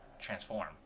transform